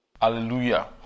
hallelujah